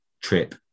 trip